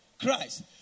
Christ